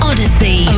Odyssey